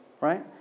Right